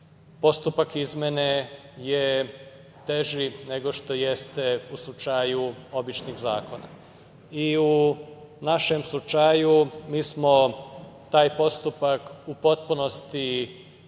Postupak izmene je teži nego što jeste u slučaju običnih zakona. U našem slučaju, mi smo taj postupak u potpunosti